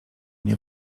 nie